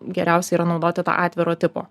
geriausia yra naudoti to atviro tipo